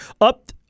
up